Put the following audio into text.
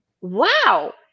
wow